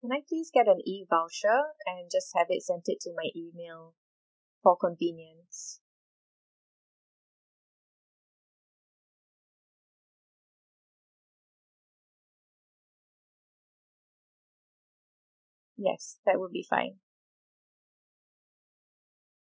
can I please get an E voucher and just have it sent it to my email for convenience yes that'd be fine